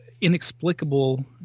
inexplicable